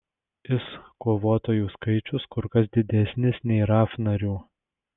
is kovotojų skaičius kur kas didesnis nei raf narių